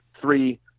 three